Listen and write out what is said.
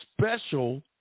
special